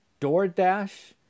DoorDash